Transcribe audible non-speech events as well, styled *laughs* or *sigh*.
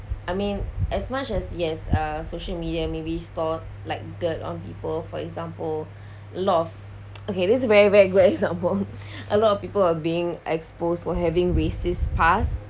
I mean as much as yes uh social media may be stored like dirt on people for example *breath* a lot of okay this is a very very good *laughs* example *breath* a lot of people are being exposed of having racist past